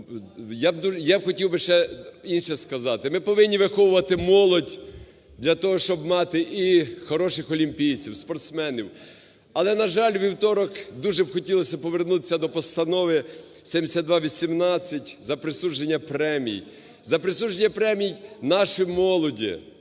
Я б хотів би ще інше сказати. Ми повинні виховувати молодь для того, щоб мати і хороших олімпійців, спортсменів, але, на жаль, у вівторок дуже б хотілося повернутися до постанови 7218 за присудження премій, за присудження премій нашій молоді,